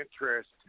interest